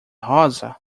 rosa